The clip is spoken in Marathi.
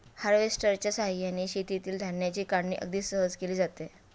हार्वेस्टरच्या साहाय्याने शेतातील धान्याची काढणी अगदी सहज केली जाते